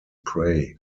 prey